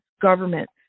government